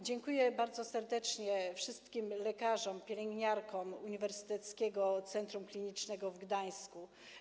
Dziękuję bardzo serdecznie wszystkim lekarzom, pielęgniarkom Uniwersyteckiego Centrum Klinicznego w Gdańsku.